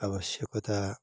ଆବଶ୍ୟକତା